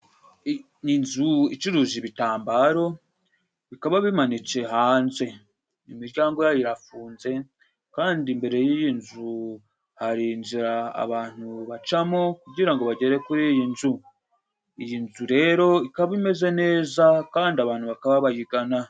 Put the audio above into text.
inzu icuruza ibitambaro bikaba bimanitse hanze. Imiryango yayo irafunze kandi imbere y'iyi nzu hari inzira abantu bacamo kugira ngo bagere kuri iyi nzu. Iyi nzu rero ikaba imeze neza kandi abantu bakaba bayigana.